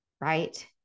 right